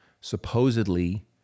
Supposedly